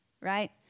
right